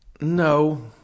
No